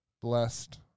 blessed